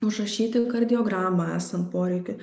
užrašyti kardiogramą esant poreikiui